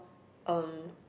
um